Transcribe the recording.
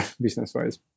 business-wise